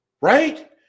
right